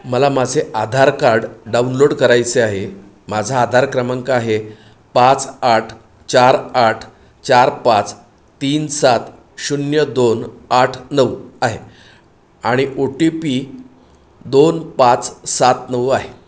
मला माझे Aadhaar card download करायचे आहे माझा आधार क्रमांक आहे पाच आठ चार आठ चार पाच तीन सात शून्य दोन आठ नऊ आहे आणि ओ टी पी दोन पाच सात नऊ आहे